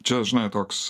čia žinai toks